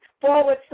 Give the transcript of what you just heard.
forward